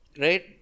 Right